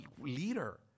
leader